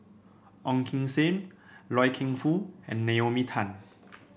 Ong Kim Seng Loy Keng Foo and Naomi Tan